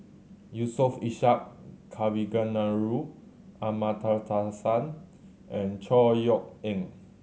Yusof Ishak Kavignareru Amallathasan and Chor Yeok Eng